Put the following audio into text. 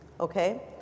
okay